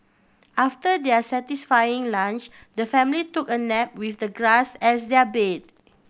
after their satisfying lunch the family took a nap with the grass as their bed